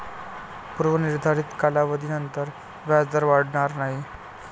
पूर्व निर्धारित कालावधीनंतर व्याजदर वाढणार नाही